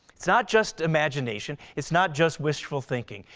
it's not just imagination it's not just wishful thinking.